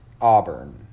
Auburn